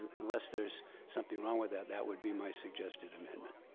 unless there's something wrong with that, that would be my suggested amendment.